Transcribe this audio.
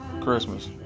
Christmas